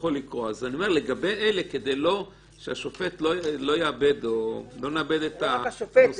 אז לגבי אלה כדי שלא נאבד את הנושא -- זה לא רק השופט,